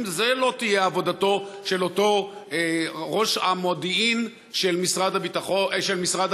האם זו לא תהיה עבודתו של אותו ראש המודיעין של משרד החינוך,